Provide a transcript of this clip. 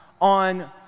on